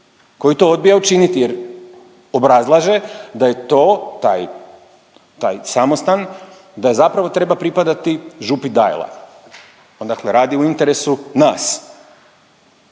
koji to odbija učiniti jer obrazlaže da je to, taj, taj samostan da zapravo treba pripadati župi Dajla, dakle radi u interesu nas